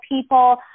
people